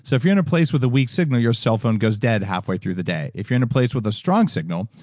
so if you're in a place with a weak signal, your cell phone goes dead half way through the day. if you're in a place with a strong signal,